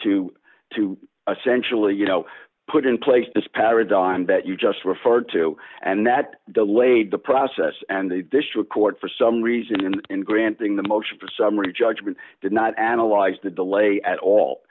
to two essential you know put in place this paradigm that you just referred to and that delayed the process and the this record for some reason and in granting the motion for summary judgment did not analyze the delay at all